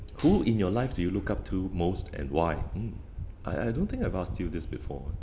who in your life do you look up to most and why mm I I don't think I've asked you this before